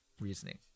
reasoning